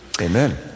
Amen